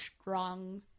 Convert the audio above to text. strong